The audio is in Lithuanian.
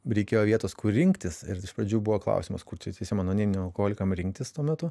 reikėjo vietos kur rinktis ir iš pradžių buvo klausimas kur čia anoniminiam alkoholikam rinktis tuo metu